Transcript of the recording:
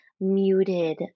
muted